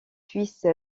suisse